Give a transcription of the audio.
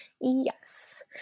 Yes